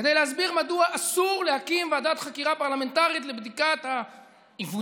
כדי להסביר מדוע אסור להקים ועדת חקירה פרלמנטרית לבדיקת העיוותים,